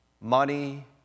money